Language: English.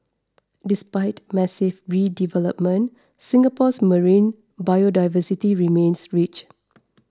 despite massive redevelopment Singapore's marine biodiversity remains rich